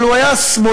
אבל הוא היה שמאלן,